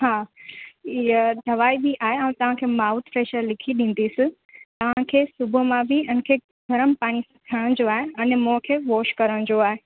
हा हीअ दवाई बि आहे ऐं तव्हांखे माउथ फैशनर लिखी ॾींदीसि तव्हांखे सुबुह मां बि उनखे गरम पाणी खणजो आहे अने मुंहुं खे वॉश करण जो आहे